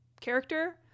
character